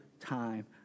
time